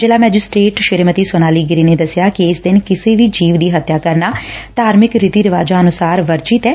ਜ਼ਿਲਾ ਮੈਜਿਸਟਰੇਟ ਸ੍ਸੀਮਤੀ ਸੋਨਾਲੀ ਗਿਰੀ ਨੇ ਦਸਿਆ ਕਿ ਇਸ ਦਿਨ ਕਿਸੇ ਵੀ ਜੀਵ ਦੀ ਹੱਤਿਆ ਕਰਨਾ ਧਾਰਮਿਕ ਰੀਤੀ ਰਿਵਾਜਾਂ ਅਨੁਸਾਰ ਵਰਜਿਤ ਐ